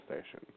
station